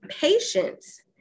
patience